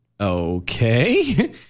okay